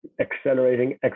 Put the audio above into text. accelerating